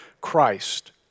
Christ